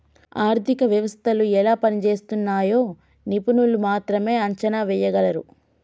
ఆర్థిక వ్యవస్థలు ఎలా పనిజేస్తున్నయ్యో నిపుణులు మాత్రమే అంచనా ఎయ్యగలరు